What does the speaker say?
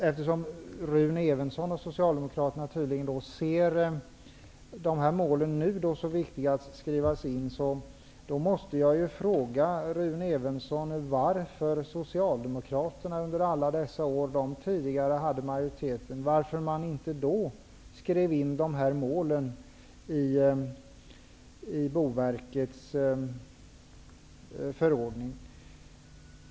Eftersom Rune Evensson och Socialdemokraterna tydligen nu ser dessa mål som så viktiga att skrivas in, måste jag fråga Rune Evensson varför Socialdemokraterna under alla de år som de satt i regeringsställning inte skrev in dessa mål i Boverkets förordning.